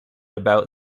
about